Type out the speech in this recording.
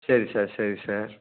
சரி சார் சரி சார்